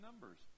numbers